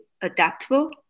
adaptable